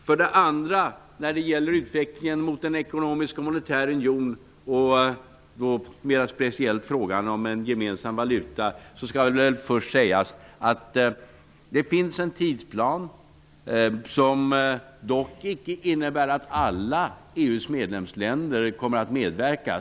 När det gäller den andra frågan om utvecklingen mot en ekonomisk och monetär union, speciellt frågan om en gemensam valuta, skall först sägas att det finns en tidsplan, som dock inte innebär att alla EU:s medlemsländer kommer att medverka.